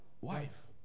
Wife